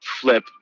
flip